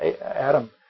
Adam